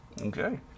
Okay